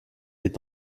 est